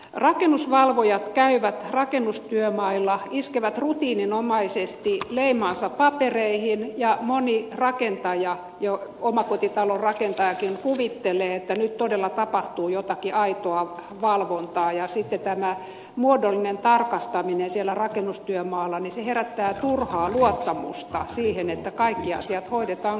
rakennusvalvojat käyvät rakennustyömailla iskevät rutiininomaisesti leimansa papereihin ja moni rakentaja omakotitalorakentajakin kuvittelee että nyt todella tapahtuu jotakin aitoa valvontaa ja sitten tämä muodollinen tarkastaminen siellä rakennustyömaalla herättää turhaa luottamusta siihen että kaikki asiat hoidetaan kunnolla